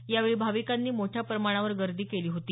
यावेळी भाविकांनी मोठ्या प्रमाणावर गर्दी केली होती